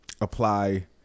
apply